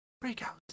Breakout